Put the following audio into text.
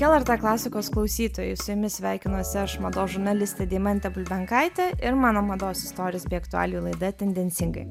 lrt klasikos klausytojai su jumis sveikinuosi aš mados žurnalistė deimantė bulbenkaitė ir mano mados istorijos bei aktualijų laida tendencingai